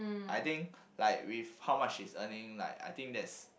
I think like with how much she is earning like I think that's